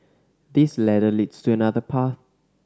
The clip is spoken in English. this ladder leads to another path